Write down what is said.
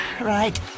Right